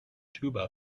tuba